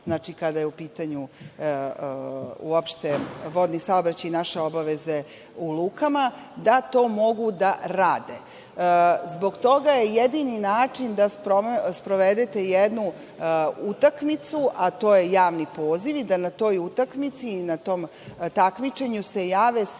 je u pitanju uopšte vodni saobraćaj i naše obaveze u lukama, da to mogu da rade. Zbog toga je jedini način da sprovedete jednu utakmicu, a to je javni poziv, i da na toj utakmici i na tom takmičenju se jave svi